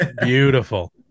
beautiful